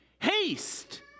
Haste